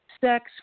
sex